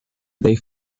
they